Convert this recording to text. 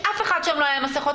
שאף אחד שם לא היה עם מסכות,